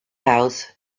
house